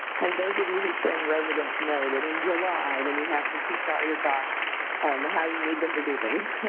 and those of you who train residents know that in july, then you have to teach all your docs how you need them to do things.